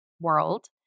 world